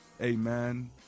Amen